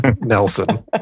nelson